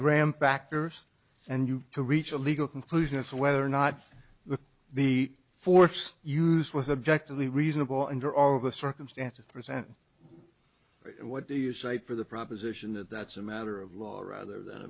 graeme factors and you to reach a legal conclusion as to whether or not the the force used was objective the reasonable under all the circumstances present what do you say for the proposition that that's a matter of law rather than a